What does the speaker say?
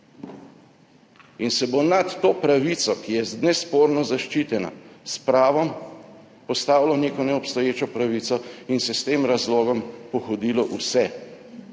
In se bo nad to pravico, ki je nesporno zaščitena s pravom, postavilo v neko neobstoječo pravico, in se s tem razlogom pohodilo vse